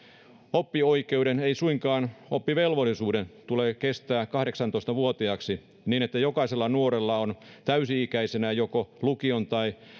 oppioikeuden ei suinkaan oppivelvollisuuden tulee kestää kahdeksantoista vuotiaaksi niin että jokaisella nuorella on täysi ikäisenä joko lukion tai